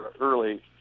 early